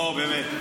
או, באמת.